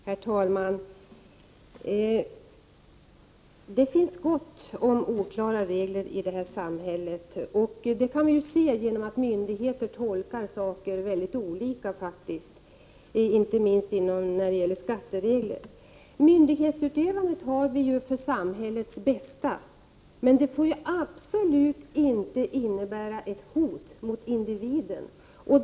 Herr talman! Det finns gott om oklara regler i det här samhället. Det kan vi se genom att myndigheter faktiskt tolkar saker väldigt olika inte minst när det gäller skatteregler. Myndighetsutövandet har vi till för samhällets bästa. Men det får absolut inte innebära ett hot mot individen.